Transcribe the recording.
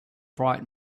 bright